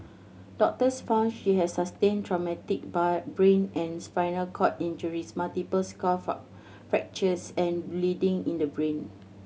doctors found she had sustained traumatic by brain and spinal cord injuries multiple skull for fractures and bleeding in the brain